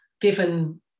given